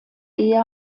ehe